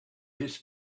his